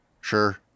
sure